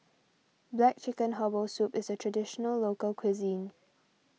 Black Chicken Herbal Soup is a Traditional Local Cuisine